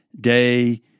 day